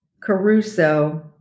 Caruso